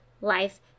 life